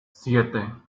siete